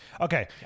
Okay